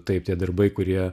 taip tie darbai kurie